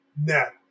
net